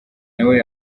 nawe